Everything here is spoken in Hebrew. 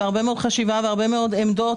הרבה מאוד חשיבה והרבה מאוד עמדות